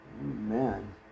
Amen